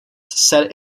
set